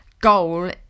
goal